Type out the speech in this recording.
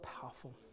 powerful